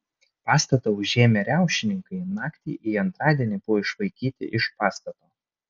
pastatą užėmę riaušininkai naktį į antradienį buvo išvaikyti iš pastato